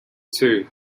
two